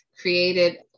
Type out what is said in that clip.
created